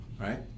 right